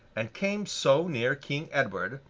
and came so near king edward,